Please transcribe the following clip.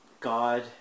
God